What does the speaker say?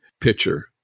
pitcher